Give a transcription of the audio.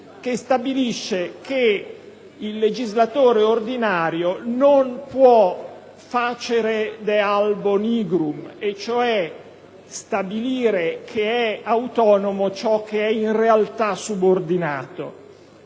che stabilisce che il legislatore ordinario non può *facere* *de* *albo* *nigrum*, ovvero stabilire che è autonomo ciò che è in realtà subordinato.